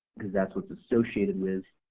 because that's what's associated with,